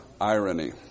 irony